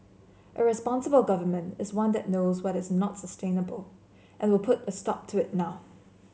a responsible Government is one that knows what is not sustainable and will put a stop to it now